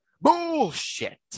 bullshit